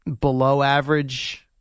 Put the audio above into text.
below-average